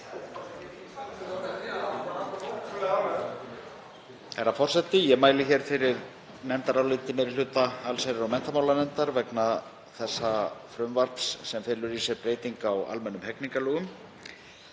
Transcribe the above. Herra forseti. Ég mæli hér fyrir nefndaráliti meiri hluta allsherjar- og menntamálanefndar vegna þessa frumvarps sem felur í sér breytingu á almennum hegningarlögum.